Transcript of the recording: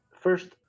first